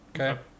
Okay